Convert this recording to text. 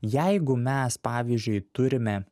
jeigu mes pavyzdžiui turime